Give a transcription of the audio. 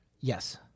Yes